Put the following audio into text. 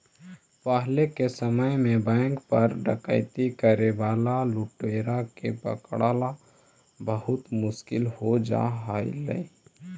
पहिले के समय में बैंक पर डकैती करे वाला लुटेरा के पकड़ला बहुत मुश्किल हो जा हलइ